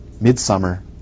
midsummer